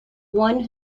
one